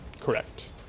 Correct